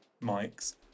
mics